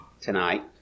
tonight